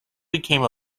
became